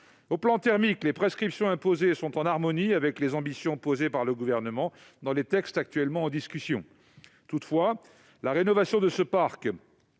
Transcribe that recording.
de vue thermique, les prescriptions imposées sont cohérentes avec les ambitions mises en avant par le Gouvernement dans les textes qui sont actuellement en discussion. Toutefois, la rénovation de ce parc